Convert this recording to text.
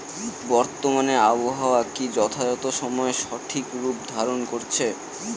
বর্তমানে আবহাওয়া কি যথাযথ সময়ে সঠিক রূপ ধারণ করছে?